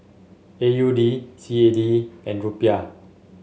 A U D C A D and Rupiah